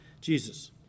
Jesus